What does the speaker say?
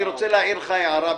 אני רוצה להעיר לך הערה,